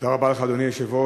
תודה רבה לך, אדוני היושב-ראש.